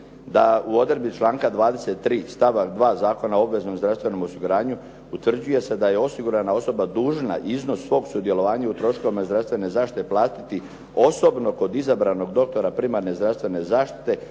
da u odredbi članka 23. stavak 2. Zakona o obveznom zdravstvenom osiguranju utvrđuje se da je osigurana osoba dužna iznos svog sudjelovanja u troškovima zdravstvene zaštite platiti osobno kod izabranog doktora primarne zdravstvene zaštite.